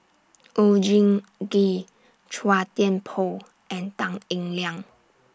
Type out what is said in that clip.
Oon Jin Gee Chua Thian Poh and Tan Eng Liang